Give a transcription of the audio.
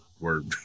Word